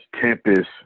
Tempest